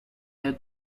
their